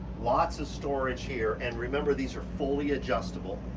lots of storage here. and remember, these are fully adjustable.